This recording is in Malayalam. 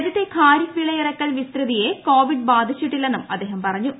രാജ്യത്തെ ഖാരിഫ് വിളയിറക്കൽ വിസ്തൃതിയെ കോവിഡ് ബാധിച്ചിട്ടില്ലെന്നും അദ്ദേഹം പറഞ്ഞു